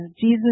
Jesus